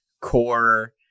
core